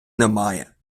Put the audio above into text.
немає